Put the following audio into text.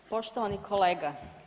Poštovani kolega.